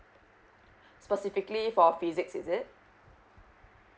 specifically for physics is it